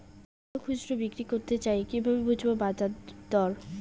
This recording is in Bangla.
আলু খুচরো বিক্রি করতে চাই কিভাবে বুঝবো বাজার দর?